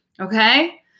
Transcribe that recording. okay